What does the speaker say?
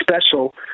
special